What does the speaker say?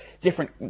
different